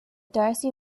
darcy